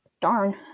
darn